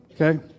Okay